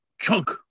chunk